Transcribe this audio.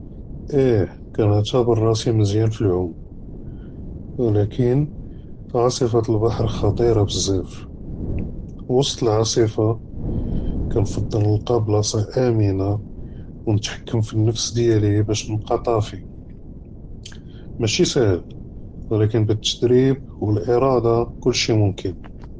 אייה כַּאנְתַעְתַבֵּר רַאסִי מְזִיאַן פַּאלְעֻומ, וְלָקִין עָאסִפַּת אֶלְבַּחְר חַ'טִירָה בְּזַאף וְסַט אֶלְעָאסִפַּה כַּאנְפַדֶּל נְלְקָא בְּלַאסַה אָמְנַה וְנְתַחְתּוֹם פַּאנְנַפְס דִּיַאלִי בַּאש נִבְקִי טַאףִי, מַאשִי סַאהְל וְלָקִין בַּתְדְרִיב וְאֵלְאִירָדַה כֻּלְשִׁי מֻמְכִּין.